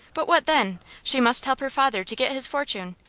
but what then? she must help her father to get his fortune,